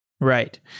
Right